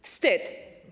Wstyd.